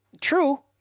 True